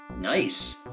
Nice